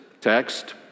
text